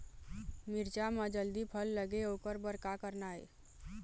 मिरचा म जल्दी फल लगे ओकर बर का करना ये?